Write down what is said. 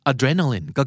Adrenaline